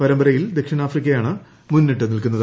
പരമ്പരയിൽ ദക്ഷിണാഫ്രിക്കയാണ് മുന്നിട്ട് നിൽക്കുന്നത്